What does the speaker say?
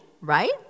right